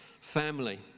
family